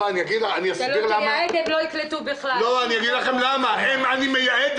אתם עוסקים במערכת